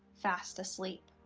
fast asleep.